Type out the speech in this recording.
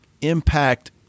impact